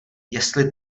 jestli